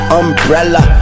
umbrella